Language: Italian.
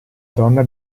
donna